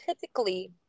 typically